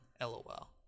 LOL